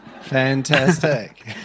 Fantastic